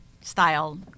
style